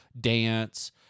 dance